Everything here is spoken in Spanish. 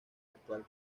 actual